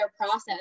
process